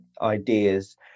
ideas